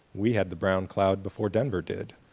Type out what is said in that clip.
we had the brown cloud before denver did.